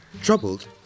Troubled